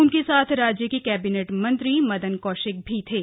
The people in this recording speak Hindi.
उनके साथ राज्य के कैबिनेट मंत्री मदन कौशिक भी थे